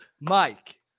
Mike